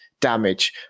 damage